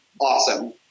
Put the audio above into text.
awesome